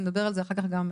נדבר גם על